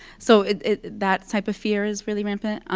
so that type of fear is really rampant.